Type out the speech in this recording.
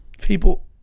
people